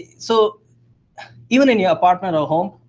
so even in your apartment or home,